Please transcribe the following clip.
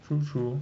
true true